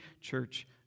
church